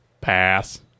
pass